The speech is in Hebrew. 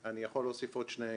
זה היה מקום גידול מהמם לבעלי חיים,